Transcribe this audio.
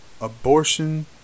abortion